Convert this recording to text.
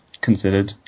considered